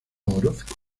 orozco